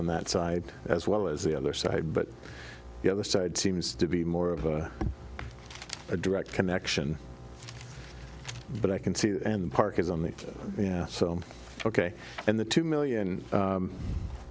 on that side as well as the other side but the other side seems to be more of a direct connection but i can see that and park it on the yeah so ok and the two million